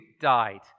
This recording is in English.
died